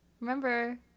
Remember